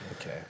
Okay